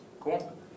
Cool